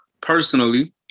Personally